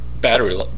battery